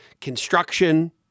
construction